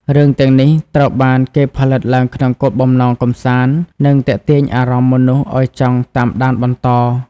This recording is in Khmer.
រឿងទាំងនេះត្រូវបានគេផលិតឡើងក្នុងគោលបំណងកម្សាន្តនិងទាក់ទាញអារម្មណ៍មនុស្សឲ្យចង់តាមដានបន្ត។